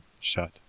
shut